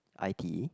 i_t_e